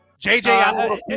JJ